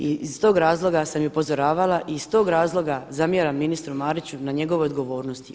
I iz tog razloga sam i upozoravala i iz tog razloga zamjeram ministru Mariću na njegovoj odgovornosti.